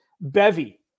Bevy